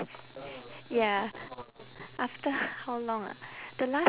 ya after how long ah the last